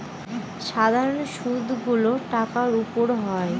সাধারন সুদ গুলো টাকার উপর হয়